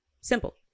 Simple